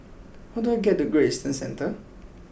how do I get to Great Eastern Centre